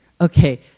Okay